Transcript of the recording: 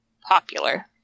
popular